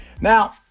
Now